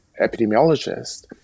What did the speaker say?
epidemiologist